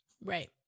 Right